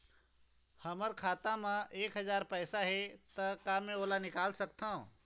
हमर खाता मा एक हजार पैसा हे ता का मैं ओला निकाल सकथव?